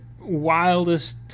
wildest